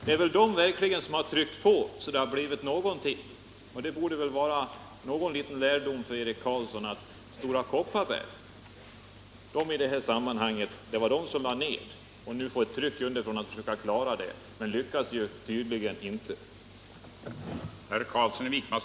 Det är de som verkligen har tryckt på så att det har blivit någontirg. Det borde vara en liten lärdom för Eric Carlsson att det i det här sammanhanget var Stora Kopparberg som lade ner och nu får ett tryck underifrån när det gäller att söka klara situationen — men tydligen inte lyckas.